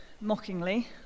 mockingly